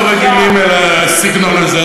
אנחנו רגילים לסגנון הזה.